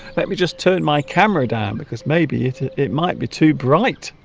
let me just turn my camera down because maybe it it might be too bright